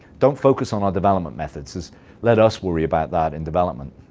don't focus on our development methods. just let us worry about that in development.